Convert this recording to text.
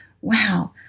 wow